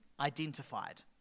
identified